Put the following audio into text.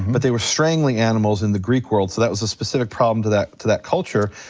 but they were strangling animals in the greek world so that was a specific problem to that to that culture.